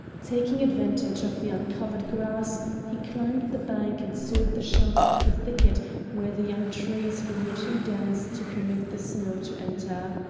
taking advantage of the uncovered grass he climbed the bank and sought the shelter of a thicket where the young trees grew too dense to permit the snow to enter.